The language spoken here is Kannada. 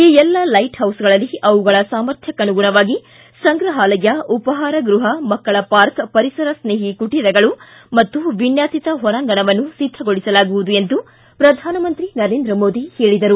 ಈ ಎಲ್ಲ ಲೈಟ್ ಹೌಸ್ಗಳಲ್ಲಿ ಅವುಗಳ ಸಾಮರ್ಥ್ಯಕ್ಕನುಗುಣವಾಗಿ ಸಂಗ್ರಪಾಲಯ ಉಪಾಹಾರ ಗೃಹ ಮಕ್ಕಳ ಪಾರ್ಕ ಪರಿಸರ ಸ್ನೇಹಿ ಕುಟೀರಗಳು ಮತ್ತು ವಿನ್ಯಾಸಿತ ಹೊರಾಂಗಣವನ್ನು ಸಿದ್ದಗೊಳಿಸಲಾಗುವುದು ಎಂದು ಪ್ರಧಾನಮಂತ್ರಿ ನರೇಂದ್ರ ಮೋದಿ ಹೇಳಿದರು